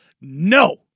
no